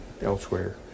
elsewhere